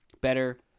better